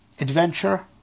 adventure